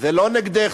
------ זה לא נגדך,